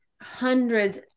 hundreds